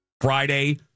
Friday